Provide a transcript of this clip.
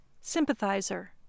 Sympathizer